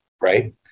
right